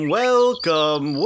welcome